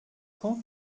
quand